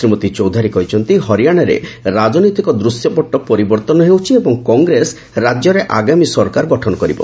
ଶ୍ରୀମତୀ ଚୌଧାରୀ କହିଛନ୍ତି ହରିଆଣାରେ ରାଜନୈତିକ ଦୂଶ୍ୟପଟ୍ଟ ପରିବର୍ତ୍ତନ ହେଉଛି ଏବଂ କଂଗ୍ରେସ ରାଜ୍ୟରେ ଆଗାମୀ ସରକାର ଗଠନ କରିବ